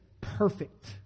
Perfect